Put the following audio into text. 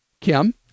Kim